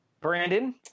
Brandon